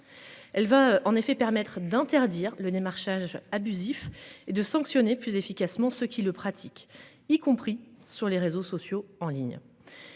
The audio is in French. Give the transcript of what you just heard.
Elle va en effet permettre d'interdire le démarchage abusif et de sanctionner plus efficacement. Ceux qui le pratiquent, y compris sur les réseaux sociaux en ligne.